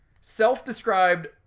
self-described